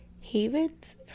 havens